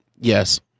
Yes